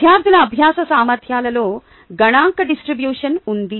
విద్యార్థుల అభ్యాస సామర్ధ్యాలలో గణాంక డిస్ట్రిబ్యూషన్ ఉంది